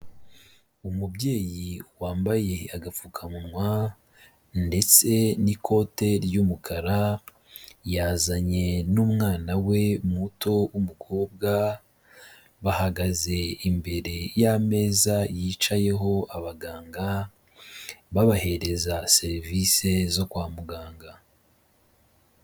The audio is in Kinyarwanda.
Umubyeyi wambaye agapfukamunwa ndetse n'ikote ry'umukara, yazanye n'umwana we muto w'umukobwa, bahagaze imbere y'ameza yicayeho abaganga, babahereza serivisi zo kwa muganga.